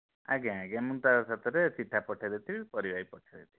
ଆଜ୍ଞା ଆଜ୍ଞା ମୁଁ ତା ସାଥିରେ ଚିଠା ପଠାଇଦେଇଥିବି ପରିବା ବି ପଠାଇଦେଇଥିବି